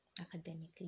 academically